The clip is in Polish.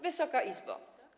Wysoka Izbo!